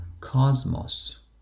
cosmos